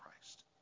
Christ